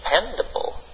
dependable